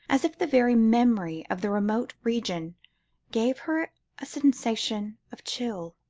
as if the very memory of the remote region gave her a sensation of chill.